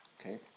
Okay